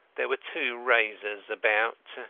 there were two razors about.